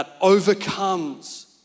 overcomes